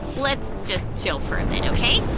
let's just chill for a bit, okay?